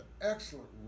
excellent